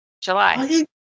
July